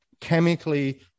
chemically